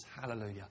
Hallelujah